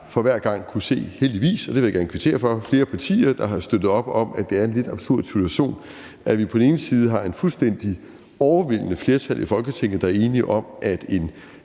har hver gang kunnet se, heldigvis, og det vil jeg gerne kvittere for, at der har været flere partier, der har støttet op om, at det er en lidt absurd situation, at vi på den ene side har et fuldstændig overvældende flertal i Folketing, der er enige om, at en